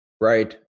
Right